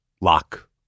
lock